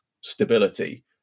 stability